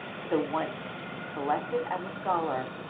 so once selected as a scholar,